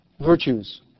virtues